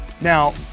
Now